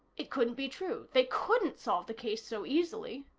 it couldn't be true. they couldn't solve the case so easily.